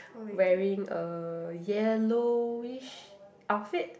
wearing a yellowish outfit